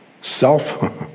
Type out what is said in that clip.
self